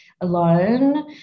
alone